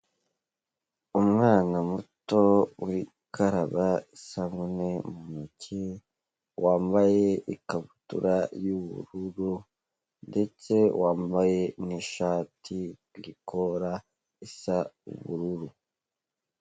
Umwana muto uri gukaraba isabune mu ntoki, wambaye ikabutura y'ubururu ndetse wambaye n'ishati ku ikora isa ubururu.